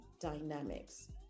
dynamics